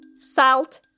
salt